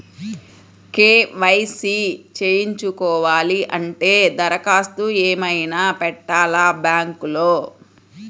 KYC చేయించుకోవాలి అంటే దరఖాస్తు ఏమయినా పెట్టాలా బ్యాంకులో?